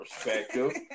perspective